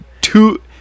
two